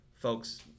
Folks